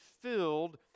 filled